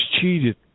cheated